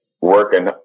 working